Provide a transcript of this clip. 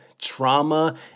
trauma